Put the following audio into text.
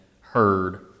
heard